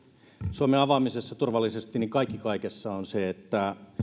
suomen avaamisessa turvallisesti kaikki kaikessa on se että